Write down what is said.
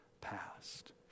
past